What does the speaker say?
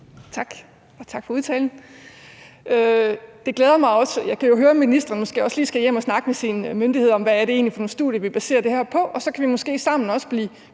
Tak, og tak for udtalen. Det glæder mig også at høre. Jeg kan jo høre, at ministeren måske også lige skal hjem og snakke med sine myndigheder om, hvad det egentlig er for nogle studier, vi baserer det her på, så vi måske også sammen kan blive